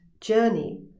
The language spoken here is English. journey